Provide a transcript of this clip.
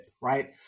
right